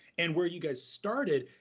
and where you guys started,